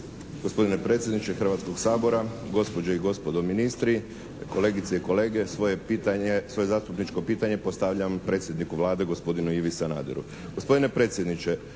Gospodine predsjedniče Hrvatskog sabora, gospođe i gospodo ministri, kolegice i kolege. Svoje pitanje, svoje zastupničko pitanje postavljam predsjedniku Vlade, gospodinu Ivi Sanaderu.